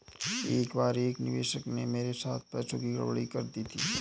एक बार एक निवेशक ने मेरे साथ पैसों की गड़बड़ी कर दी थी